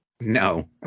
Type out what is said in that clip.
No